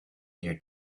your